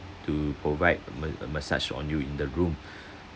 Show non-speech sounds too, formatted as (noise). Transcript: to provide ma~ a massage on you in the room (breath)